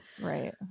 Right